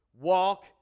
walk